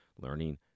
learning